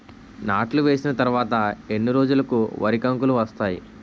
నాట్లు వేసిన తర్వాత ఎన్ని రోజులకు వరి కంకులు వస్తాయి?